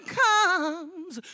comes